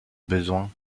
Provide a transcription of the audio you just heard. besoin